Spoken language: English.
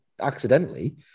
accidentally